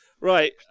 Right